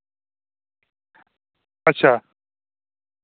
अच्छा